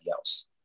else